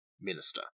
Minister